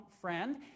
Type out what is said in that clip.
friend